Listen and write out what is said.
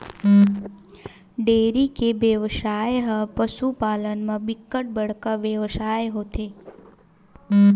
dairy के बेवसाय ह पसु पालन म बिकट बड़का बेवसाय होथे